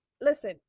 listen